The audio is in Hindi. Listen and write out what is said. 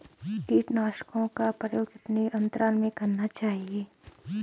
कीटनाशकों का प्रयोग कितने अंतराल में करना चाहिए?